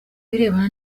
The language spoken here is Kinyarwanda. birebana